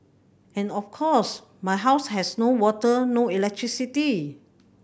and of course my house has no water no electricity